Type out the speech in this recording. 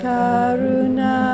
Karuna